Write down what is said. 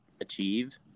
achieve